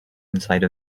inside